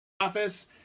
office